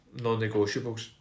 non-negotiables